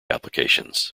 applications